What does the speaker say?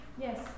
Yes